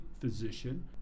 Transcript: physician